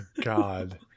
God